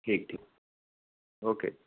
ਠੀਕ ਠੀਕ ਓਕੇ